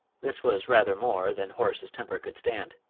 this was rather more than horace's temper could stand.